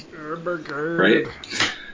Right